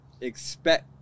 expect